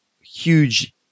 huge